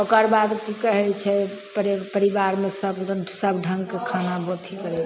ओकरबाद की कहैत छै परे परिबारमे सब एगदम सब ढङ्गके खाना अथी करै